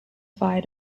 fire